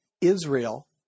Israel